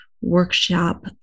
workshop